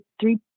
three